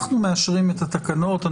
אנחנו מאשרים את התקנות.